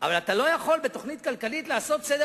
אתה לא יכול בתוכנית כלכלית לעשות סדר